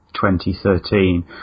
2013